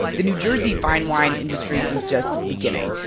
the new jersey fine wine industry was just beginning.